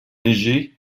légers